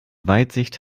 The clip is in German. weitsicht